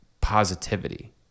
positivity